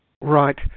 Right